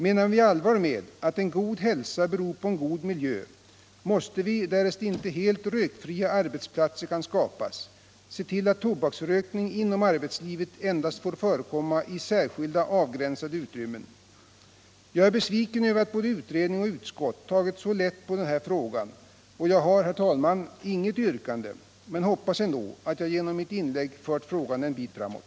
Menar vi allvar med att en god hälsa beror på en god miljö, måste vi, därest inte helt rökfria arbetsplatser kan skapas, se till att tobaksrökningen inom arbetslivet endast får förekomma i särskilda, avgränsade utrymmen. Jag är besviken över att både utredning och utskott tagit så lätt på den här frågan. Jag har, herr talman, inget yrkande men hoppas ändå att jag genom mitt inlägg fört frågan en bit framåt.